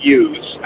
use